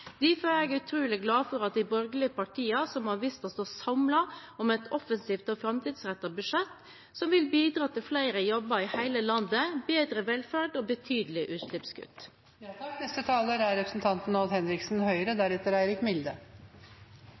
er jeg utrolig glad for at de borgerlige partiene står samlet om et offensivt og framtidsrettet budsjett som vil bidra til flere jobber i hele landet, bedre velferd og